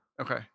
Okay